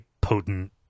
potent